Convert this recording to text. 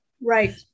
Right